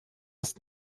ist